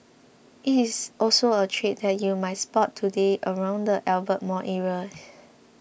it is also a trade that you might spot today around the Albert Mall area